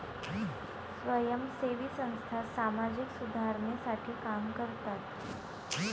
स्वयंसेवी संस्था सामाजिक सुधारणेसाठी काम करतात